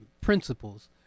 principles